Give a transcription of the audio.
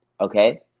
okay